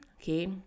okay